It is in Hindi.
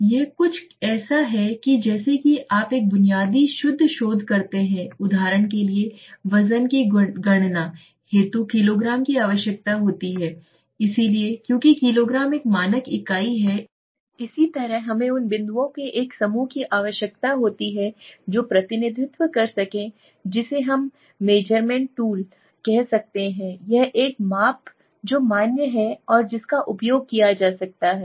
अब यह कुछ ऐसा ही है जैसा कि आप एक बुनियादी शुद्ध शोध में करते हैं उदाहरण के लिए वजन की गणना हेतु किग्रा की आवश्यकता होती है इसलिए क्योंकि किग्रा एक मानक इकाई है इसी तरह हमें उन बिंदुओं के एक समूह की आवश्यकता होती है जो प्रतिनिधित्व कर सकते है जिसे हम मेजरमेंट टूल कह सकते हैं यह एक माप जो मान्य है और जिसका उपयोग किया जा सकता है